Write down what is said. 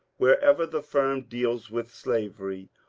wherever the firm deals with slavery,